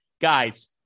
Guys